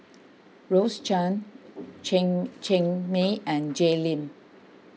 Rose Chan Chen Cheng Mei and Jay Lim